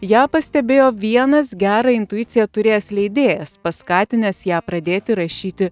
ją pastebėjo vienas gerą intuiciją turėjęs leidėjas paskatinęs ją pradėti rašyti